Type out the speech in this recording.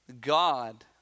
God